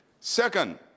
Second